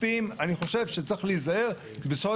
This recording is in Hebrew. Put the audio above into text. היום יש מעל 20 שלטים שיש לשים ברשתות.